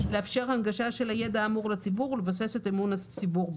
לאפשר הנגשה של הידע האמור לציבור ולבסס את אמון הציבור בו.